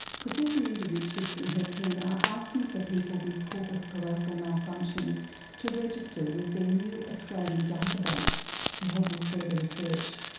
professor linda richards and her team are asking for people with corpus callosum malfunctions to register with their new australian database to help with further research.